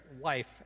life